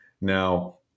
now